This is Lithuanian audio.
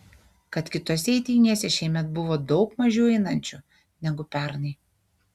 kad kitose eitynėse šiemet buvo daug mažiau einančių negu pernai